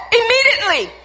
immediately